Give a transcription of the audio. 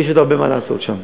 יש עוד הרבה מה לעשות שם.